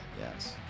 Yes